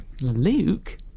Luke